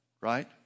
right